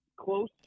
Close